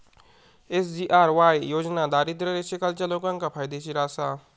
SGRY योजना दारिद्र्य रेषेखालच्या लोकांका फायदेशीर आसा